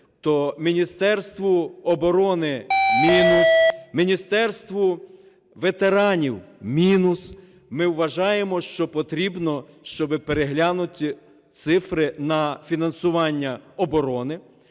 то Міністерству оборони – мінус, Міністерству ветеранів – мінус. Ми вважаємо, що потрібно, щоб переглянули цифри на фінансування оборони.